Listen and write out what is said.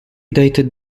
dated